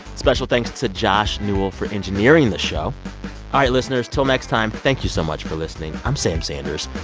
special thanks to josh newell for engineering the show all right, listeners till next time. thank you so much for listening. i'm sam sanders.